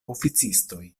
oficistoj